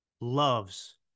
loves